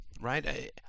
Right